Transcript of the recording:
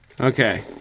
Okay